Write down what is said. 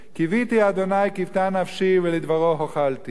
קויתי אדוני קותה נפשי ולדברו הוחלתי,